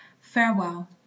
Farewell